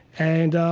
and,